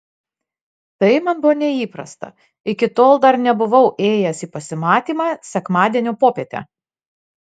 tai man buvo neįprasta iki tol dar nebuvau ėjęs į pasimatymą sekmadienio popietę